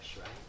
right